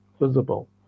visible